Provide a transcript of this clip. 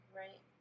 right